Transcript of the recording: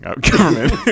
government